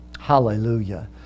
Hallelujah